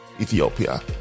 ethiopia